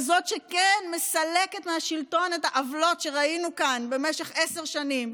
כזאת שכן מסלקת מהשלטון את העוולות שראינו כאן במשך עשר שנים,